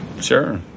Sure